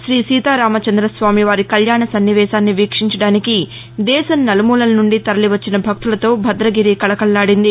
శ్రీ సీతారామ చంద్రస్వామివారి కళ్యాణ సన్నివేశాన్ని వీక్షించడానికి దేశం నలుమూలల నుండి తరలివచ్చిన భక్తులతో భద్రదగిరి కళకళలాడింది